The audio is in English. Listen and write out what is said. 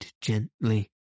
gently